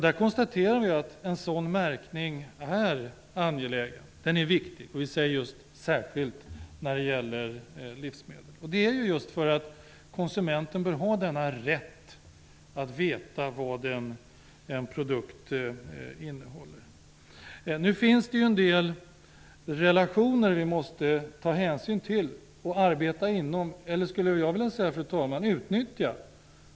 Där konstaterar utskottet att en sådan märkning är angelägen och viktig, särskilt när det gäller livsmedel, just därför att konsumenten bör ha denna rätt att veta vad en produkt innehåller. Det finns en del relationer som vi måste ta hänsyn till och utnyttja.